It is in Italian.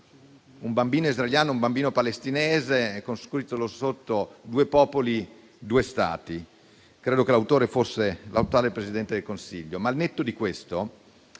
un bambino israeliano e un bambino palestinese e riportava la scritta «Due popoli, due Stati». Credo che l'autore fosse l'attuale Presidente del Consiglio.